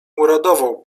uradował